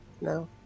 No